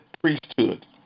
priesthood